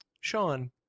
Sean